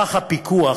מערך הפיקוח